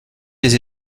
des